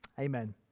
Amen